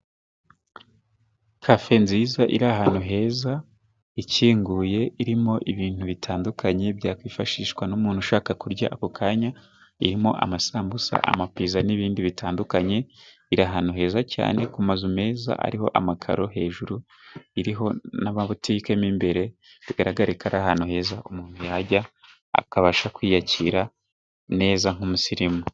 Kafe nziza iri ahantu heza ikinguye irimo ibintu bitandukanye byakwifashishwa n'umuntu ushaka kurya ako kanya, irimo amasambusa, amapiza n'ibindi bitandukanye bira ahantu heza cyane ku mazu meza ariho amakaro hejuru iriho n'amabutike mo imbere bi ihagarika ahantu heza umuntu yajya akabasha kwiyakira neza nk'umusirimu.